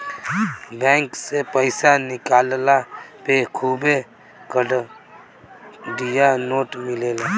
bank से पईसा निकलला पे खुबे कड़कड़िया नोट मिलेला